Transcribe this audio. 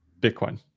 Bitcoin